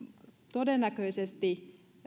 todennäköisesti